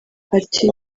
ati